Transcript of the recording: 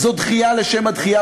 זאת דחייה לשם הדחייה.